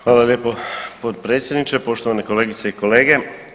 Hvala lijepo potpredsjedniče, poštovane kolegice i kolege.